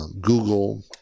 Google